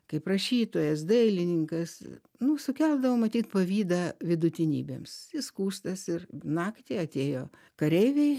kaip rašytojas dailininkas nu sukeldavo matyt pavydą vidutinybėms įskųstas ir naktį atėjo kareiviai